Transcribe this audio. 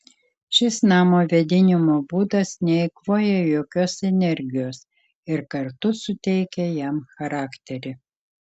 šis namo vėdinimo būdas neeikvoja jokios energijos ir kartu suteikia jam charakterį